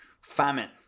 famine